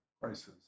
prices